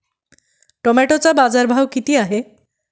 टोमॅटोचा बाजारभाव किती आहे?